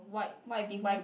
white-bee-hoon